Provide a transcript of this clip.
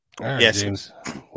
Yes